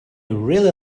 really